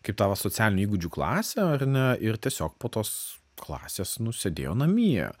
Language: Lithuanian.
kaip tą va socialinių įgūdžių klasę ar ne ir tiesiog po tos klasės nu sėdėjo namie